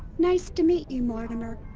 nice to meet you, mortimer.